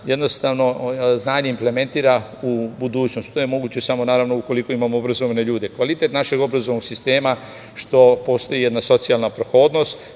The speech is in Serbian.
Jednostavno znanje implementira u budućnost. To je moguće samo, naravno, ukoliko imamo obrazovane ljude. Kvalitet našeg obrazovnog sistema je što postoji jedna socijalna prohodnost